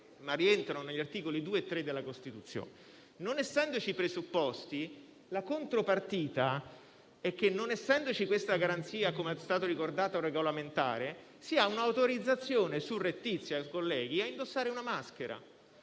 ma rientrano negli articoli 2 e 3 della Costituzione. Non essendoci i presupposti, la contropartita è che, non essendoci questa garanzia regolamentare, come è stato ricordato, si ha un'autorizzazione surrettizia a indossare una maschera